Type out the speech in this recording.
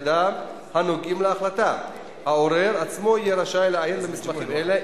חוק עיריות איתנות לא יעבור במושב הזה.